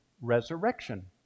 Resurrection